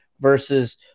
versus